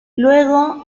luego